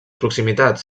proximitats